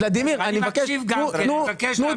לא, ולדימיר, אני מבקש להקשיב לו.